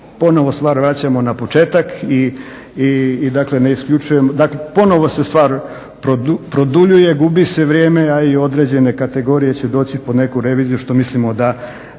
ponovo stvar vraćamo na početak i ponovo se stvar produljuje, gubi se vrijeme, a i određene kategorije će doći po neku reviziju što mislimo da